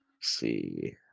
see